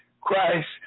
Christ